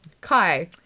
Kai